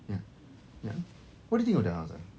ya ya what do think of the house ah